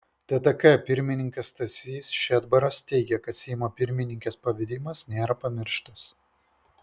ttk pirmininkas stasys šedbaras teigė kad seimo pirmininkės pavedimas nėra pamirštas